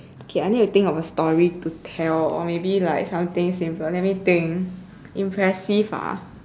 okay I need to think of a story to tell or maybe like something simple let me think impressive ah